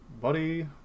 buddy